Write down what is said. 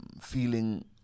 feeling